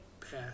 path